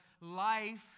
life